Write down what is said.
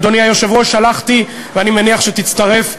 אדוני היושב-ראש, שלחתי, ואני מניח שתצטרף,